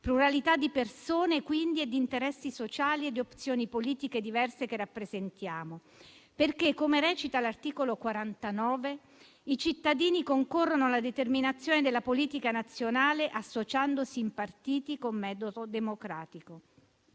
pluralità di persone quindi, di interessi sociali e di opzioni politiche diverse che rappresentiamo. Come recita l'articolo 49, i cittadini concorrono alla determinazione della politica nazionale associandosi in partiti con metodo democratico.